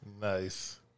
Nice